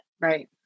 Right